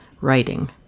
writing